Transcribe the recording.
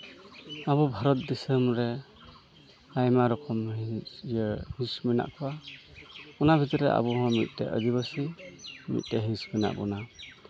ᱟᱵᱚ ᱵᱷᱟᱨᱚᱛ ᱫᱤᱥᱟᱹᱢ ᱨᱮ ᱟᱭᱢᱟ ᱨᱚᱠᱚᱢ ᱢᱮᱱᱟᱜ ᱠᱚᱣᱟ ᱚᱱᱟ ᱠᱷᱟᱹᱛᱤᱨ ᱛᱮ ᱟᱵᱚ ᱦᱚᱸ ᱢᱤᱫᱴᱮᱱ ᱟᱹᱫᱤᱵᱟᱹᱥᱤ ᱢᱤᱫᱴᱮ ᱦᱤᱸᱥ ᱢᱮᱱᱟᱜ ᱵᱚᱱᱟ